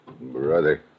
Brother